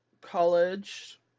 College